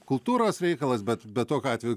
kultūros reikalas bet bet tokiu atveju